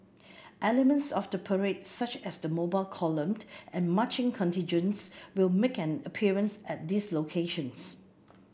elements of the parade such as the Mobile Column and marching contingents will make an appearance at these locations